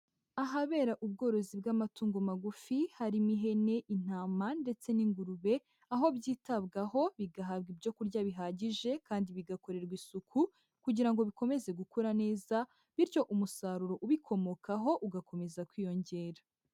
Ahabera ubworozi bw'amatungo magufi, harimo ihene, intama ndetse n'ingurube, aho byitabwaho bigahabwa ibyo kurya bihagije kandi bigakorerwa isuku kugira ngo bikomeze gukura neza, bityo umusaruro ubikomokaho ugakomeza kwiyongera.